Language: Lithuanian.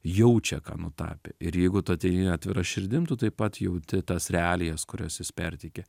jaučia ką nutapė ir jeigu tu ateini atvira širdim tu taip pat jauti tas realijas kurias jis perteikia